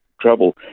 trouble